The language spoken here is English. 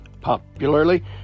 popularly